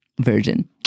virgin